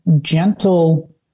gentle